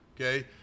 Okay